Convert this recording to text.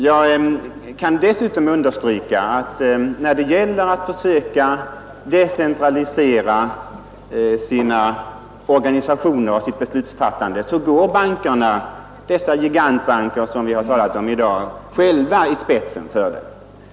Jag kan dessutom understryka att när det gäller att försöka decentralisera sina organisationer och sitt beslutsfattande går bankerna — dessa gigantbanker som vi har talat om i dag — själva i spetsen.